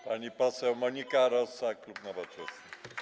Pani poseł Monika Rosa, klub Nowoczesna.